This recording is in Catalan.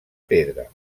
pedra